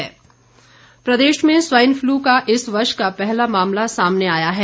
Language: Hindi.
स्वाइन फल् प्रदेश में स्वाइन फ्लू का इस वर्ष का पहला मामला सामने आया है